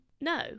No